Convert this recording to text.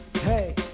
hey